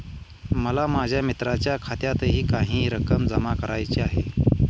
मला माझ्या मित्राच्या खात्यातही काही रक्कम जमा करायची आहे